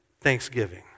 thanksgiving